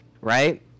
Right